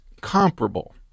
comparable